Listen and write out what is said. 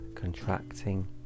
contracting